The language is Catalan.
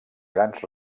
grans